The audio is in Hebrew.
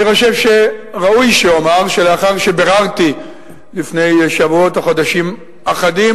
אני חושב שראוי שאומר שלאחר שביררתי לפני שבועות או חודשים אחדים,